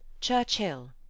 Churchill